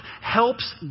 helps